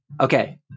Okay